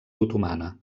otomana